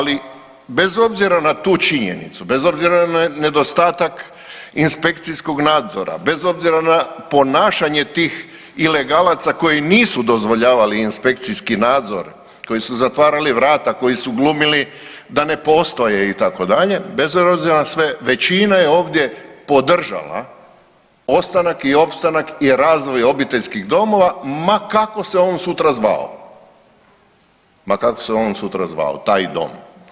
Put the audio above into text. Ali bez obzira na tu činjenicu, bez obzira na nedostatak inspekcijskog nadzora, bez obzira na ponašanje tih ilegalaca koji nisu dozvoljavali inspekcijski nadzor, koji su zatvarali vrata, koji su glumili da ne postoje itd., bez obzira na sve većina je ovdje podržala ostanak i opstanak i razvoj obiteljskih domova ma kako se on sutra zvao, ma kako se on sutra zvao taj dom.